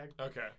Okay